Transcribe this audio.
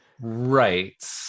right